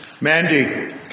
Mandy